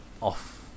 off